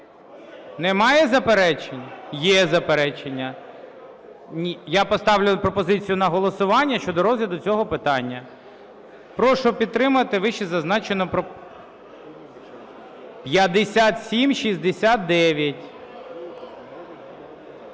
Немає заперечень? Є заперечення. Я поставлю пропозицію на голосування щодо розгляду цього питання. Прошу підтримати вищезазначену пропозицію 5769.